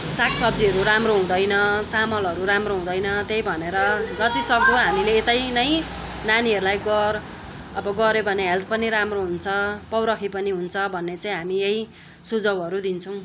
साग सब्जीहरू राम्रो हुँदैन चामलहरू राम्रो हुँदैन त्यही भनेर जतिसक्दो हामीले यतै नै नानीहरूलाई गर अब गर्यो भने हेल्थ पनि राम्रो हुन्छ पौरखी पनि हुन्छ भन्ने चाहिँ हामी यही सुझाउहरू दिन्छौँ